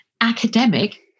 academic